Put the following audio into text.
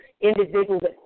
individuals